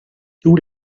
tous